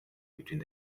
between